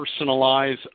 personalize